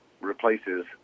replaces